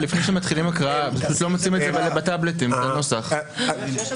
לפני שמתחילים הקראה לא מוצאים את הנוסח בטבלטים.